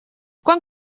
quan